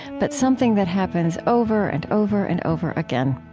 but something that happens over and over and over again.